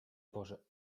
boże